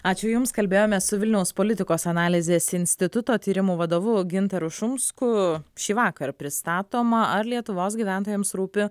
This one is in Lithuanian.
ačiū jums kalbėjomės su vilniaus politikos analizės instituto tyrimų vadovu gintaru šumsku šįvakar pristatoma ar lietuvos gyventojams rūpi